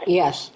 yes